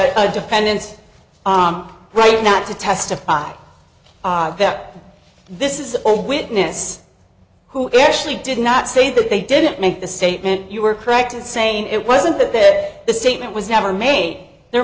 a defendant's right not to testify that this is a witness who actually did not say that they didn't make the statement you were correct in saying it wasn't that the statement was never made their